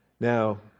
Now